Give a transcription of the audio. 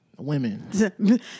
women